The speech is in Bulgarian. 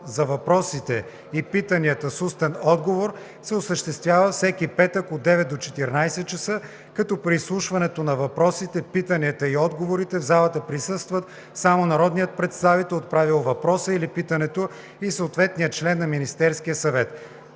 за въпросите и питанията с устен отговор се осъществява всеки петък от 9,00 до 14,00 ч., като при изслушването на въпросите, питанията и отговорите в залата присъстват само народният представител, отправил въпроса или питането, и съответният член на Министерския съвет.“